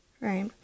Right